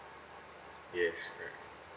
yes correct